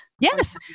Yes